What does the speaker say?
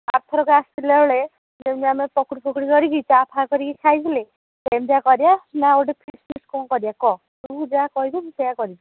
ଆର ଥରକ ଆସିଥିଲା ବେଳେ ଯେମିତି ଆମର ପକୁଡ଼ି ଫକୁଡ଼ି ଧରିକି ଚା ଫା କରିକି ଖାଇ ଥିଲେ ସେମିତିଆ କରିବା ନା ଆଉ ଗୋଟେ ଫିଷ୍ଟ୍ ଫିଷ୍ଟ୍ କ'ଣ କରିବା କହ ତୁ ଯାହା କହିବୁ ମୁଁ ସେଇଆ କରିବି